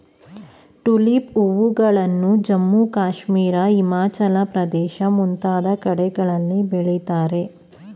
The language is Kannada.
ಟುಲಿಪ್ ಹೂಗಳನ್ನು ಜಮ್ಮು ಕಾಶ್ಮೀರ, ಹಿಮಾಚಲ ಪ್ರದೇಶ ಮುಂತಾದ ಕಡೆಗಳಲ್ಲಿ ಬೆಳಿತಾರೆ